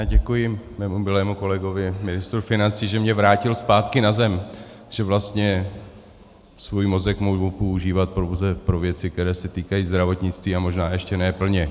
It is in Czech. Děkuji mému milému kolegovi, ministru financí, že mě vrátil zpátky na zem, že vlastně svůj mozek mohu používat pouze pro věci, které se týkají zdravotnictví, a možná ještě ne plně.